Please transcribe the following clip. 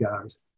guys